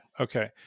Okay